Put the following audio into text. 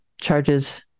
charges